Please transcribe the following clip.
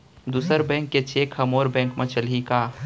दूसर बैंक के चेक ह मोर बैंक म चलही का?